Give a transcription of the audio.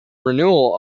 renewal